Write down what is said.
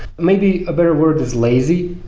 maybe a better word is lazy,